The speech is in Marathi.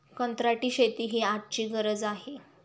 कंत्राटी शेती ही आजची गरज आहे